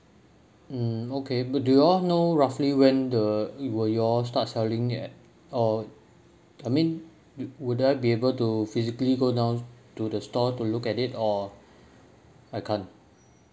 mm okay but do you all know roughly when the will you all start selling yet or I mean would I be able to physically go down to the store to look at it or I can't